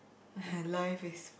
my life is